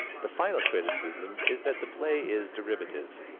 the final criticism is that the play is derivative.